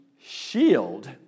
shield